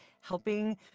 helping